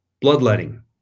Bloodletting